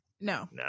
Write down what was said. no